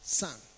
son